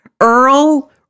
Earl